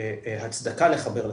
הצדקה לחבר לחשמל,